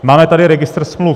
Máme tady registr smluv.